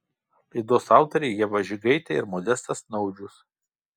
laidos autoriai ieva žigaitė ir modestas naudžius